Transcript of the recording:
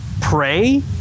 Pray